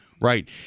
Right